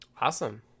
awesome